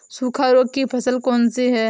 सूखा रोग की फसल कौन सी है?